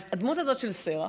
אז הדמות הזאת של שרח,